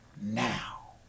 now